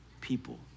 people